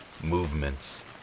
movements